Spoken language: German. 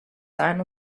sein